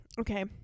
Okay